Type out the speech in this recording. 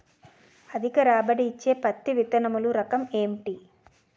అధిక రాబడి ఇచ్చే పత్తి విత్తనములు రకం ఏంటి?